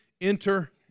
enter